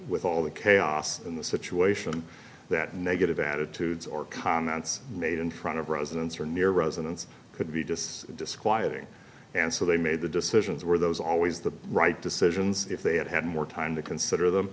with all the chaos in the situation that negative attitudes or comments made in front of residents or near residents could be just disquieting and so they made the decisions were those always the right decisions if they had had more time to consider them